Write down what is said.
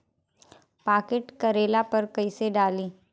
Pocket करेला पर कैसे डाली?